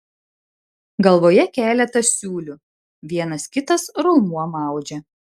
galvoje keletas siūlių vienas kitas raumuo maudžia